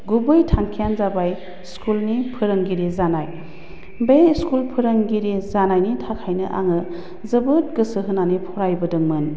गुबै थांखियानो जाबाय स्कुलनि फोरोंगिरि जानाय बे स्कुल फोरोंगिरि जानायनि थाखायनो आङो जोबोद गोसो होनानै फरायबोदोंमोन